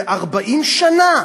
ל-40 שנה.